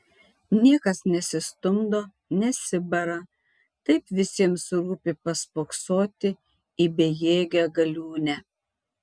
niekas nesistumdo nesibara taip visiems rūpi paspoksoti į bejėgę galiūnę